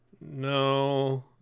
no